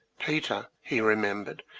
peter, he remembered,